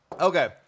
Okay